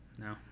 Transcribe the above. No